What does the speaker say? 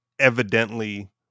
evidently